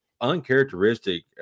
uncharacteristic